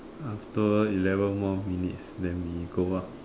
after eleven more minutes then we go lah